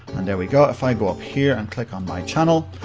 and there we go. if i go up here and click on my channel,